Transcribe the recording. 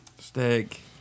Steak